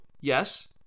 Yes